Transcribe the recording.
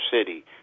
city